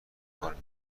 کنیم